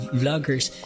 vloggers